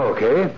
Okay